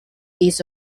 east